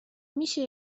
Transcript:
میشه